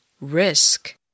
risk